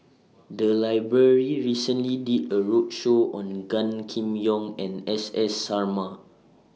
The Library recently did A roadshow on Gan Kim Yong and S S Sarma